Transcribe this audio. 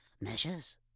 Measures